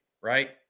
Right